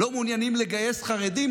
לא מעוניינים לגייס חרדים,